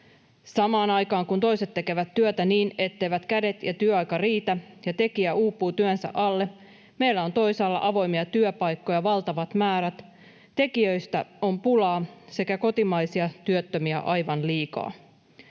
Samaan aikaan kun toiset tekevät työtä niin etteivät kädet ja työaika riitä ja tekijä uupuu työnsä alle, meillä on toisaalla avoimia työpaikkoja valtavat määrät, tekijöistä on pulaa sekä kotimaisia työttömiä aivan liikaa.